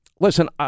Listen